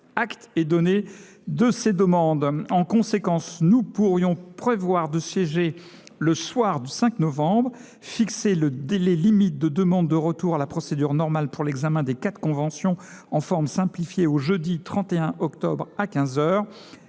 Acte est donné de ces demandes. Nous pourrions en conséquence prévoir de siéger le soir du mardi 5 novembre ; fixer le délai limite de demande de retour à la procédure normale pour l’examen des quatre conventions en forme simplifiée au jeudi 31 octobre à